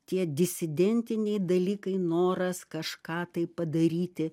tie disidentiniai dalykai noras kažką tai padaryti